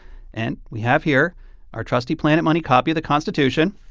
and we have here our trusty planet money copy of the constitution.